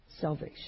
salvation